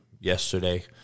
yesterday